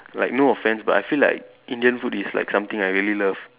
like no offence but I feel like Indian food is like something I really love